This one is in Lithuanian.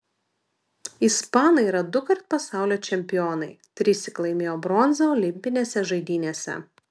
ispanai yra dukart pasaulio čempionai trissyk laimėjo bronzą olimpinėse žaidynėse